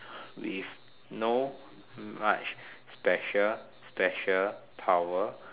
with no much special special power